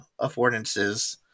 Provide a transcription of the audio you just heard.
affordances